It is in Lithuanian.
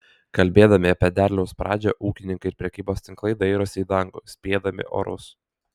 kalbėdami apie derliaus pradžią ūkininkai ir prekybos tinklai dairosi į dangų spėdami orus